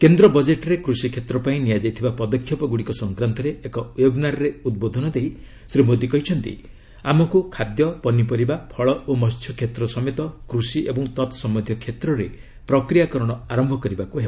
କେନ୍ଦ୍ର ବଜେଟରେ କୃଷିକ୍ଷେତ୍ର ପାଇଁ ନିଆଯାଇଥିବା ପଦକ୍ଷେପଗୁଡ଼ିକ ସଂକ୍ରାନ୍ତରେ ଏକ ୱେବ୍ନାରରେ ଉଦ୍ବୋଧନ ଦେଇ ଶ୍ରୀ ମୋଦୀ କହିଛନ୍ତି ଆମକୁ ଖାଦ୍ୟ ପନିପରିବା ଫଳ ଓ ମହ୍ୟକ୍ଷେତ୍ର ସମେତ କୃଷି ଓ ତତ୍ସମ୍ୟନ୍ଧୀୟ କ୍ଷେତ୍ରରେ ପ୍ରକ୍ରିୟାକରଣ ଆରମ୍ଭ କରିବାକୁ ହେବ